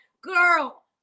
Girl